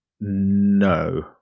No